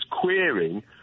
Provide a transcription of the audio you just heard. queering